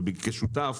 וכשותף,